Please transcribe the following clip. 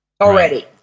already